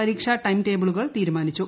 പരീക്ഷാ ടൈംടേബിളുകൾ തീരുമാനിച്ചു